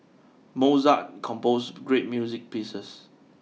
Mozart composed great music pieces